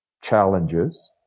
challenges